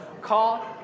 call